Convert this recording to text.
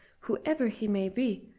whoever he may be,